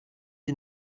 die